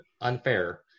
unfair